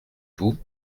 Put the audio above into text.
vous